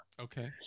Okay